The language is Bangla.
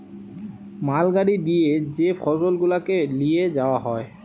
মাল গাড়ি দিয়ে যে ফসল গুলাকে লিয়ে যাওয়া হয়